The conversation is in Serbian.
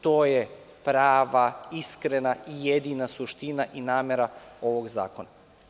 To je prava, iskrena i jedina suština i namera ovog zakona.